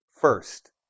First